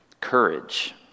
courage